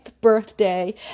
birthday